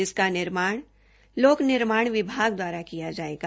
इनका निर्माण लोक निर्माण विभाग द्वारा किया जायेगा